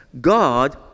God